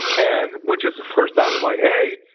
and which was the first i was like, hey.